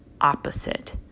opposite